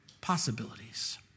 possibilities